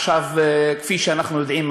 כפי שאנחנו יודעים,